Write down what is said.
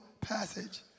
Passage